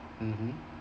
mmhmm